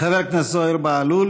חבר הכנסת זוהיר בהלול.